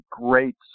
great